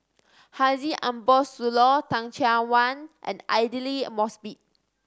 Haji Ambo Sooloh Teh Cheang Wan and Aidli Mosbit